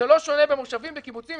זה לא שונה במושבים ובקיבוצים.